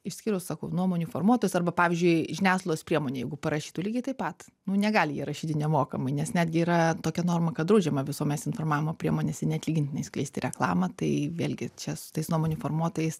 išskyrus sakau nuomonių formuotojus arba pavyzdžiui žiniasklaidos priemonė jeigu parašytų lygiai taip pat nu negali jie rašyti nemokamai nes netgi yra tokia norma kad draudžiama visuomenės informavimo priemonėse neatlygintinai skleisti reklamą tai vėlgi čia su tais nuomonių formuotojais